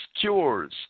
cures